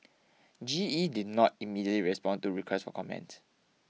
G E did not immediately respond to requests for comment